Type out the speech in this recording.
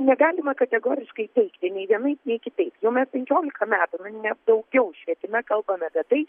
negalima kategoriškai teigti nei vienaip nei kitaip jau mes penkiolika metų nu net daugiau švietime kalbame apie tai